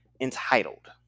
entitled